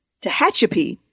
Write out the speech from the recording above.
Tehachapi